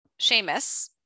seamus